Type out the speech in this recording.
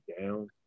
down